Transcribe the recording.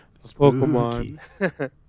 Pokemon